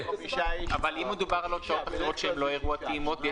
אבל אם מדובר על הוצאות אחרות שהן לא אירוע טעימות?